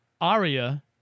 Aria